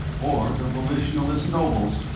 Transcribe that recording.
or the volitionalist nobles,